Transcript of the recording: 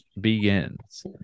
begins